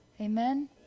Amen